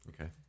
Okay